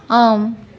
ஆம்